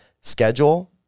schedule